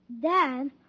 Dad